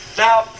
Now